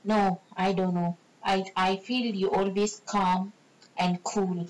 no I don't know I I feel you always calm and cool